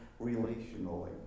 relationally